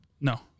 No